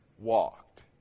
walked